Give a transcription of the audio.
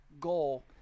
goal